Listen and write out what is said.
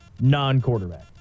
non-quarterback